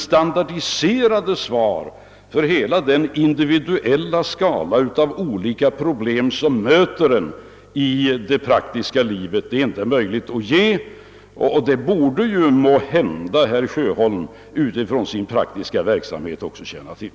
Standardiserade svar för hela den skala av olika individuella problem som möter i det praktiska livet är inte möjligt att ge, och det borde måhända herr Sjöholm utifrån sin praktiska verksamhet känna till.